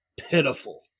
pitiful